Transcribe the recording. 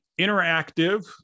interactive